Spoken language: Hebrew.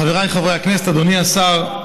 חבריי חברי הכנסת, אדוני השר,